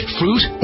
fruit